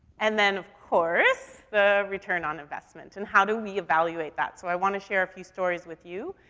and then, of course, the return on investment. and how do we evaluate that? so i wanna share a few stories with you,